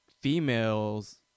females